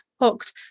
hooked